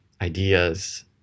ideas